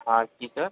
हां जी सर